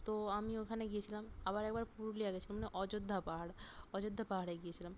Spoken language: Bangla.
তো আমি ওখানে গিয়েছিলাম আবার একবার পুরুলিয়া গেছিলাম মানে অযোধ্যা পাহাড় অযোধ্যা পাহাড়ে গিয়েছিলাম